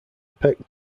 peck